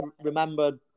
remember